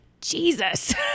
jesus